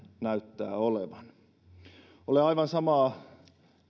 näyttää olevan olen aivan samaa